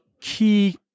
key